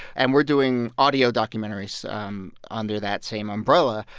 and we're doing audio documentaries um under that same umbrella.